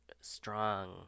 strong